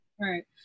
Right